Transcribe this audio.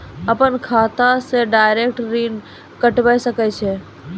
अपन खाता से डायरेक्ट ऋण कटबे सके छियै?